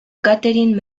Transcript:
katherine